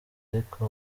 ariko